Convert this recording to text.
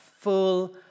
full